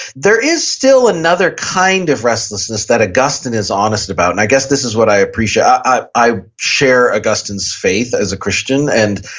there is still another kind of restlessness that augustine is honest about. and i guess this is what i appreciate. i i share augustine's faith as a christian and,